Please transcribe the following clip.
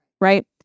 Right